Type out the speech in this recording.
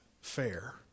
fair